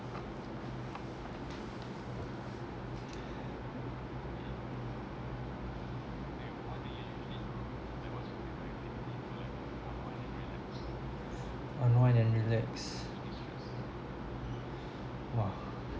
unwind and relax !wah!